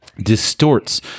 distorts